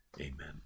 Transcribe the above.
Amen